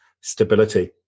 stability